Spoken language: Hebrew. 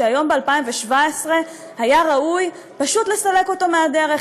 שהיום ב-2017 היה ראוי פשוט לסלק אותו מהדרך.